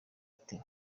ati